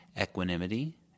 equanimity